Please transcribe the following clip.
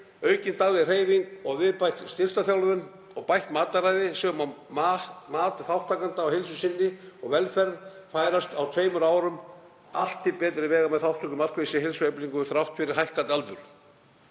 aukin dagleg hreyfing að viðbættri styrktarþjálfun og bætt mataræði sem og mat þátttakenda á heilsu sinni og velferð færast á tveimur árum allar til betri vegar með þátttöku í markvissri heilsueflingu þrátt fyrir hækkandi aldur.